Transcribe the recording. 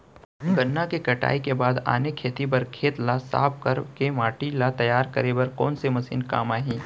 गन्ना के कटाई के बाद आने खेती बर खेत ला साफ कर के माटी ला तैयार करे बर कोन मशीन काम आही?